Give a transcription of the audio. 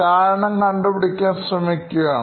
കാരണം കണ്ടുപിടിക്കാൻ ശ്രമിക്കുകയാണ്